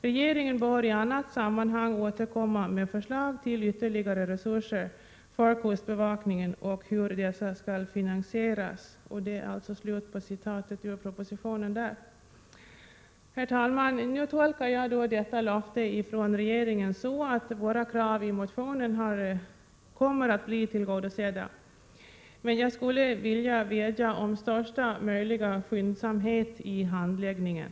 Regeringen bör i annat sammanhang återkomma med förslag till ytterligare resurser för kustbevakningen och hur dessa skall finansieras.” Herr talman! Jag tolkar detta löfte från regeringen så, att våra krav i motionen kommer att bli tillgodosedda, men jag skulle vilja vädja om största möjliga skyndsamhet i handläggningen.